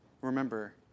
remember